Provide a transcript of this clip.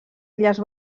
illes